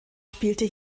spielte